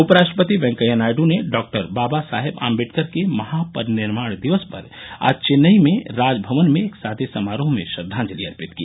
उपराष्ट्रपति वेंकैया नायडू ने डॉक्टर बाबा साहेब आम्बेडकर के महापरिनिर्वाण दिवस पर आज चेन्नई में राजभवन में एक सादे समारोह में श्रद्वांजलि अर्पित की